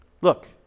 Look